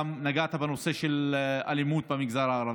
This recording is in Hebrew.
נגעת גם בנושא של האלימות במגזר הערבי.